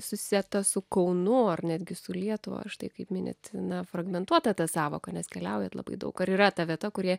susieta su kaunu ar netgi su lietuva ar štai kaip minit na fragmentuota ta sąvoka nes keliaujat labai daug ar yra ta vieta kurie